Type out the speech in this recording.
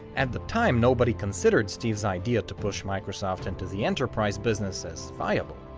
at the time nobody considered steve's idea to push microsoft into the enterprise business as viable.